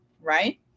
right